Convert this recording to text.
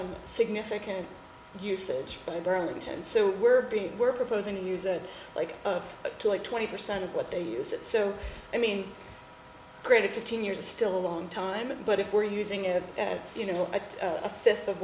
on significant usage by burlington so we're being we're proposing to use it like to like twenty percent of what they use it so i mean granted fifteen years is still a long time but if we're using it you know at a fifth of